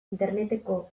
interneteko